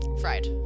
fried